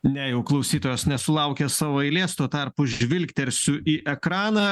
ne jau klausytojas nesulaukė savo eilės tuo tarpu žvilgtelsiu į ekraną